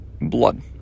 blood